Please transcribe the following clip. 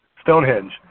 Stonehenge